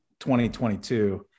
2022